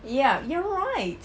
ya you're right